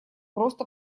просто